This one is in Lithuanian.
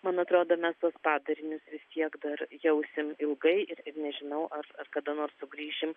man atrodo mes tuos padarinius vis tiek dar jausim ilgai nežinau ar kada nors sugrįšim